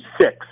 six